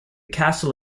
castle